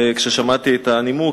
כששמעתי את הנימוק,